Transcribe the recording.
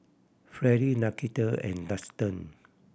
Freddy Nakita and Daxton